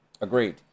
agreed